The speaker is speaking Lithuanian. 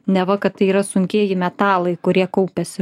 neva kad tai yra sunkieji metalai kurie kaupiasi